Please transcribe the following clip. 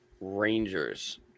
Rangers